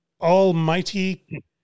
almighty